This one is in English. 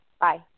Bye